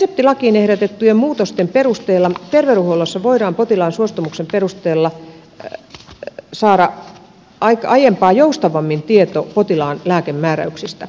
reseptilakiin ehdotettujen muutosten perusteella terveydenhuollossa voidaan potilaan suostumuksen perusteella saada aiempaa joustavammin tieto potilaan lääkemääräyksistä